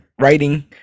writing